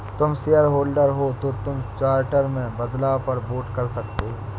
तुम शेयरहोल्डर हो तो तुम चार्टर में बदलाव पर वोट कर सकते हो